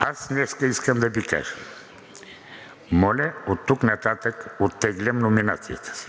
Аз днес искам да Ви кажа: моля, оттук нататък оттеглям номинацията си.